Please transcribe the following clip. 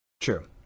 True